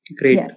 great